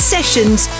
Sessions